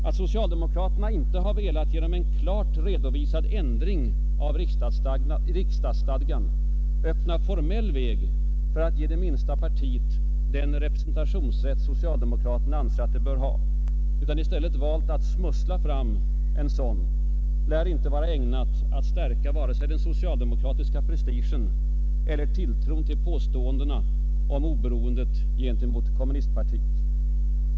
Att socialdemokraterna inte har velat genom en klart redovisad ändring av riksdagsstadgan öppna formell väg för att ge det minsta partiet den representationsrätt socialdemokraterna anser att det bör ha utan i stället valt att ”smussla fram” en sådan lär inte vara ägnat att stärka vare sig den socialdemokratiska prestigen eller tilltron till påståendena om oberoende gentemot kommunistpartiet.